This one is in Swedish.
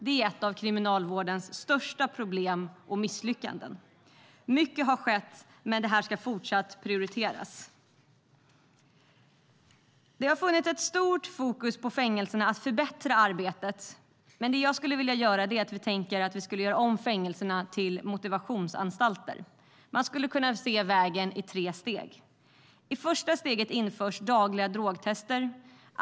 Det är ett av Kriminalvårdens största problem och misslyckanden. Mycket har skett, men detta ska fortsatt prioriteras. Det har funnits ett stort fokus på fängelserna när det gäller att förbättra arbetet där. Jag skulle vilja att vi gjorde om fängelserna till motivationsanstalter. Man skulle kunna se vägen i tre steg. I det första steget införs dagliga drogtester.